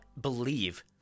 believe